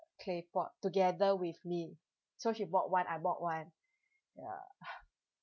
claypot together with me so she bought one I bought one ya